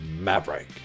Maverick